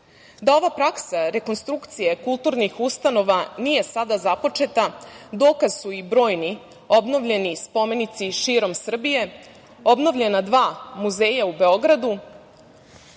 ova praksa rekonstrukcije kulturnih ustanova nije sada započeta dokaz su i brojni obnovljeni spomenici širom Srbije, obnovljena dva muzeja u Beogradu,